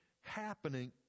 happening